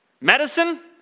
medicine